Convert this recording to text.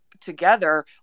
together